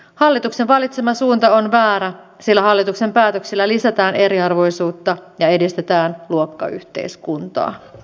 hallituksen valitsema suunta on väärä sillä hallituksen päätöksillä lisätään eriarvoisuutta ja edistetään luokkayhteiskuntaa